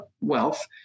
wealth